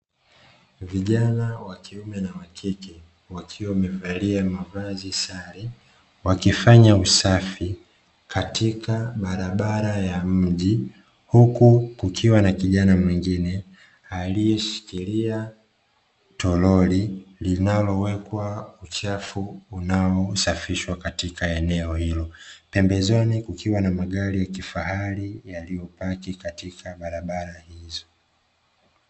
Vijana wa kiume na wakike, wakiwa wamevalia mavazi sare wakifanya usafi katika barabara ya mji, huku kukiwa na kijana mwingine aliyeshikilia tololi linalowekwa uchafu unaosafishwa katika eneo hilo. Pembezoni, kukiwa na magari ya kifahari yaliyopaki katika barabara hizo.